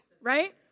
right